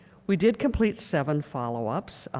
we did complete seven follow-ups